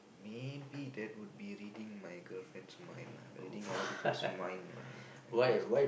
maybe that would be reading my girlfriend's mind lah reading other people's mind lah because